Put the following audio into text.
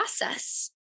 process